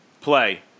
play